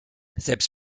selbst